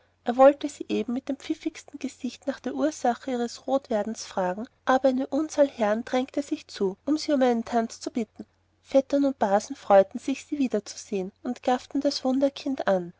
er wollte sie eben mit dem pfiffigsten gesicht nach der ursache ihres rotwerdens fragen aber eine unzahl herren drängte sich zu um sie um einen tanz zu bitten vettern und basen freuten sich sie wiederzusehen und gafften das wunderkind an